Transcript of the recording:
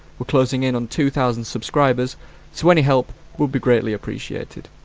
we're closing in on two thousand subscribers so any help would be greatly appreciated.